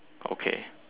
okay